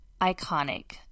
iconic